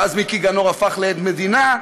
ואז מיקי גנור הפך לעד מדינה,